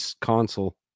console